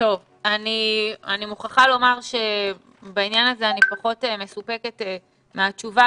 אני מוכרחה לומר שבעניין הזה אני פחות מסופקת מהתשובה.